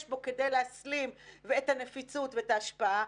בו כדי להסלים ואת הנפיצות ואת ההשפעה,